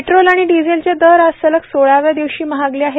petrol आणि डिझेलचे दर आज सलग सोळाव्या दिवशी महागले आहेत